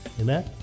Amen